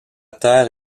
terre